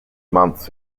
months